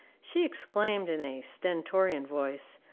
she exclaimed in a stentorian voice,